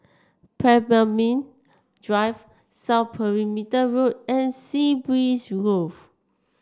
Pemimpin Drive South Perimeter Road and Sea Breeze Grove